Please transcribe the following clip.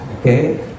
Okay